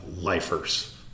lifers